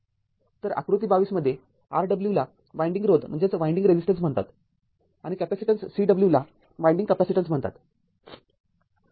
तर आकृती २२ मध्ये Rw ला वायंडिंग रोध म्हणतात आणि कॅपेसिटेन्स Cw ला वायंडिंग कॅपेसिटेन्स म्हणतात